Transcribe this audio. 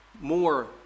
more